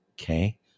okay